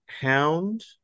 hound